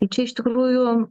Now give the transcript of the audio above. tai čia iš tikrųjų